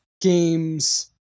games